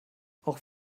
auch